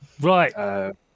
Right